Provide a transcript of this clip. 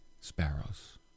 sparrows